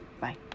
Bye